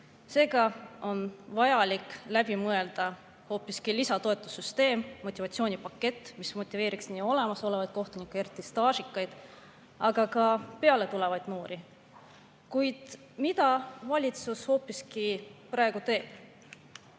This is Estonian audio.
Seega on vajalik läbi mõelda hoopiski lisatoetussüsteem, motivatsioonipakett, mis motiveeriks nii olemasolevaid kohtunikke, eriti staažikaid, aga ka peale tulevaid noori. Kuid mida valitsus hoopiski praegu teeb?